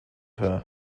her